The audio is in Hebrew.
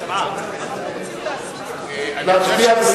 להצביע.